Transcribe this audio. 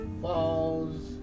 Falls